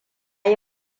yi